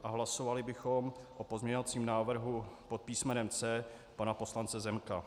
A hlasovali bychom o pozměňovacím návrhu pod písmenem C pana poslance Zemka.